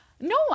no